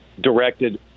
directed